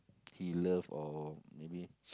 he love or maybe